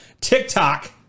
TikTok